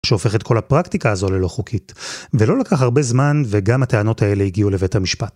שהופך את כל הפרקטיקה הזו ללא חוקית. ולא לקח הרבה זמן וגם הטענות האלה הגיעו לבית המשפט.